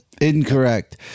Incorrect